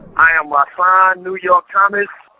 i'm rahsaan new york thomas.